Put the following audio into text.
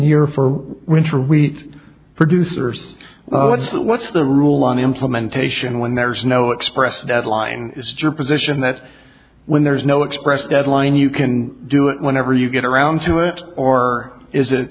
year for winter wheat producers well that's what's the rule on implementation when there's no express deadline is jim position that's when there's no express deadline you can do it whenever you get around to it or is it